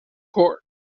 court